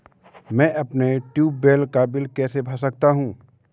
मैं अपने ट्यूबवेल का बिल कैसे भर सकता हूँ?